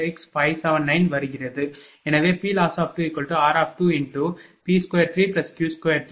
96579 வருகிறது எனவே PLoss2r×P2Q2| V|20